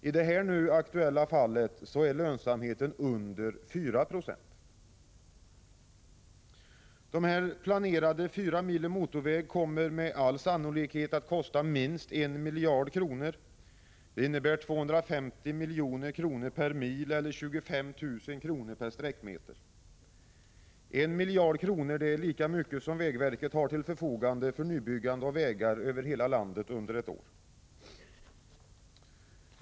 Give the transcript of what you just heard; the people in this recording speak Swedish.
I det nu aktuella förslaget är lönsamheten under 4 96. De planerade fyra milen motorväg kommer med all sannolikhet att kosta minst 1 miljard kronor. Det innebär 250 milj.kr. per mil eller 25 000 kr. per sträckmeter. En miljard kronor är lika mycket som vägverket har till förfogande för nybyggande av vägar över hela landet under ett år.